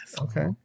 Okay